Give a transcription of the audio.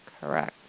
Correct